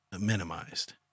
minimized